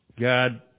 God